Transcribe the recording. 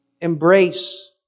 embrace